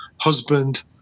husband